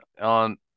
on